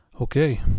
Okay